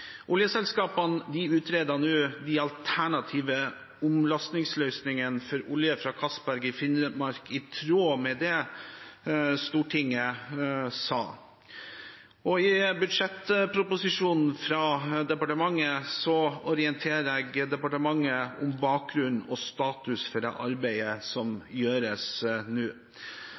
Oljeselskapene utreder nå de alternative omlastingsløsningene for olje fra Castberg i Finnmark, i tråd med det Stortinget sa. I budsjettproposisjonen fra departementet orienterer departementet om bakgrunn og status for det arbeidet som gjøres nå.